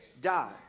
die